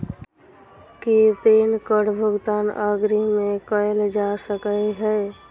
की ऋण कऽ भुगतान अग्रिम मे कैल जा सकै हय?